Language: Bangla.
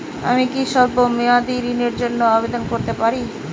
আমি কি স্বল্প মেয়াদি ঋণের জন্যে আবেদন করতে পারি?